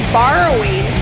borrowing